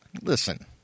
listen